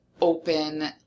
open